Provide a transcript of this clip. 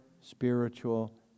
spiritual